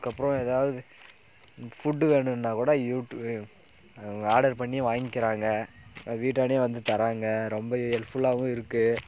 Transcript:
அதுக்கு அப்புறம் ஏதாவது ஃபுட் வேணும்னா கூட ஆர்டர் பண்ணி வாங்கிக்கிறாங்க வீட்டாண்டயே வந்து தராங்க ரொம்ப ஹெல்ப்ஃபுல்லாகவும் இருக்கு